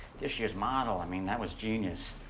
this year's model, i mean, that was genius.